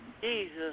Jesus